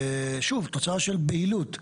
שוב, תוצאה של בהילות.